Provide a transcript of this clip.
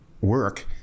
work